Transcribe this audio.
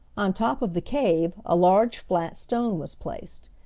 on top of the cave a large flat stone was placed.